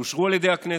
שאושרו על ידי הכנסת,